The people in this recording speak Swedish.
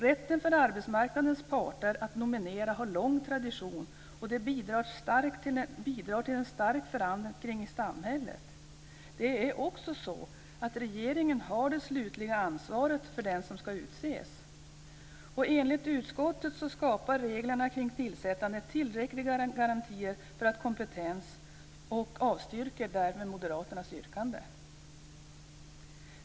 Rätten för arbetsmarknadens parter att nominera har lång tradition och bidrar till en stark förankring i samhället. Det är också så, att regeringen har det slutliga ansvaret för den som utses. Utskottet anser att de föreslagna reglerna för tillsättandet skapar tillräckliga garantier för kompetens och avstyrker därmed moderaternas yrkande.